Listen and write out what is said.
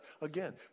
again